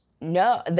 No